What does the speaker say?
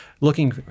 looking